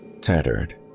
tattered